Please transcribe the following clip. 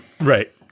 Right